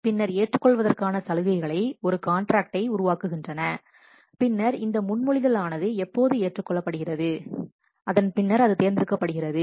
பின்னர் ஏற்றுக் கொள்வதற்கான சலுகைகள் ஒரு காண்ட்ராக்டை உருவாக்குகின்றன பின்னர் இந்த முன்மொழிதல் ஆனது எப்போது ஏற்றுக்கொள்ளப்படுகிறது அதன் பின்னர் அது தேர்ந்தெடுக்கப்படுகிறது